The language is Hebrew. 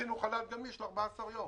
רצינו חל"ת גמיש ל-14 יום